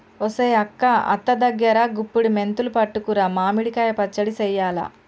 ఒసెయ్ అక్క అత్త దగ్గరా గుప్పుడి మెంతులు పట్టుకురా మామిడి కాయ పచ్చడి సెయ్యాల